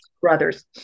brothers